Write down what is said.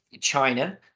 China